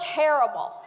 terrible